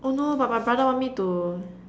oh no but my brother want me to